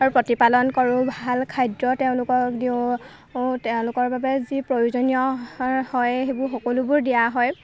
অৰ প্ৰতিপালন কৰোঁ ভাল খাদ্য তেওঁলোকক দিওঁ তেওঁলোকৰ বাবে যি প্ৰয়োজনীয় হয় সেইবোৰ সকলোবোৰ দিয়া হয়